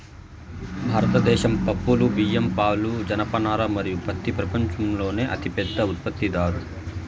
భారతదేశం పప్పులు, బియ్యం, పాలు, జనపనార మరియు పత్తి ప్రపంచంలోనే అతిపెద్ద ఉత్పత్తిదారు